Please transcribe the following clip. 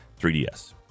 3DS